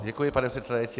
Děkuji, pane předsedající.